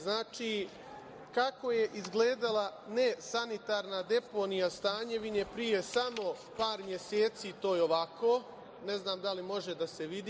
Znači, kako je izgledala nesanitarna deponija Stanjevine pre samo par meseci, to je ovako, ne znam da li može da se vidi.